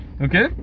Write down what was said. Okay